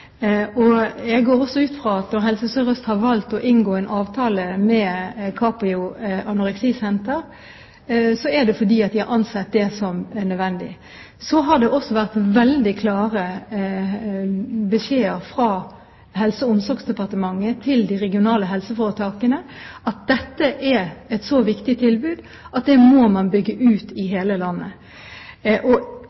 hjelp. Jeg går også ut fra at når Helse Sør-Øst har valgt å inngå en avtale med Capio Anoreksi Senter, er det fordi de har ansett det som nødvendig. Det har også vært veldig klare beskjeder fra Helse- og omsorgsdepartementet til de regionale helseforetakene om at dette er et så viktig tilbud at det må man bygge ut i